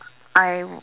I